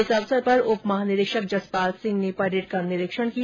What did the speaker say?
इस अवसर पर उप महानिरीक्षक जसपाल सिंह ने परेड का निरीक्षण किया